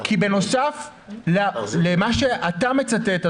כי בנוסף למה שאתה מצטט,